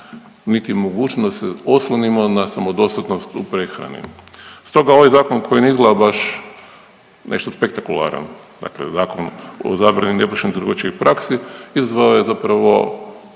niti mogućnost da se oslonimo na samodostatnost u prehrani. Stoga ovaj zakon koji ne izgleda baš nešto spektakularan, dakle zakon o zabrani nepoštenih trgovačkih praksi izazvao je zapravo